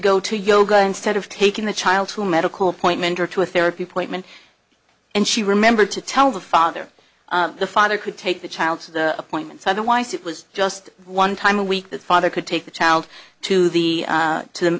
go to yoga instead of taking the child to a medical appointment or to a therapy appointment and she remembered to tell the father the father could take the child to the appointments otherwise it was just one time week the father could take the child to the to the